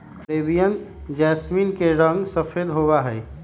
Arabian jasmine के रंग सफेद होबा हई